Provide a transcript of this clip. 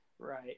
Right